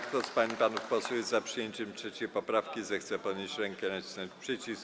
Kto z pań i panów posłów jest za przyjęciem 3. poprawki, zechce podnieść rękę i nacisnąć przycisk.